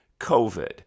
COVID